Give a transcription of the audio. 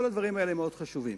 כל הדברים האלה מאוד חשובים,